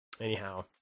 anyhow